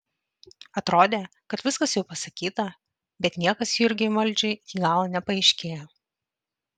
atrodė kad viskas jau pasakyta bet niekas jurgiui maldžiui iki galo nepaaiškėjo